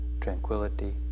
tranquility